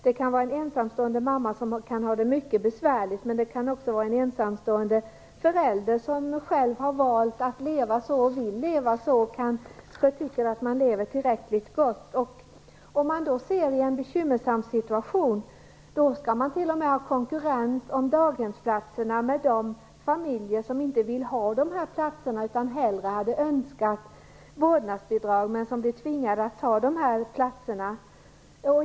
Det kan vara en ensamstående mamma som har det mycket besvärligt, men det kan också vara en ensamstående förälder som själv har valt att leva så och vill leva så, och som kanske tycker sig leva tillräckligt bra. I en bekymmersam situation skall de då t.o.m. konkurrera om daghemsplatser med familjer som inte vill ha platserna utan hellre skulle vilja ha vårdnadsbidrag. De blir tvingade att ta dessa platser.